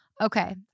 okay